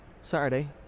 Saturday